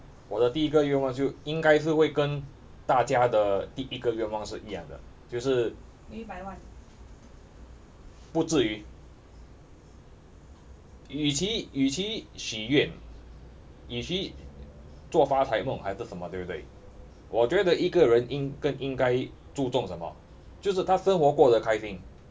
我的第一个愿望就应该是会跟大家的第一个愿望是一样的就是不至于与其与其许愿与其做发财梦还是什么对不对我觉得一个人更应该注重什么就是他生活过的开心